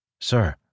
Sir